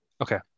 Okay